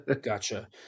Gotcha